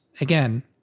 again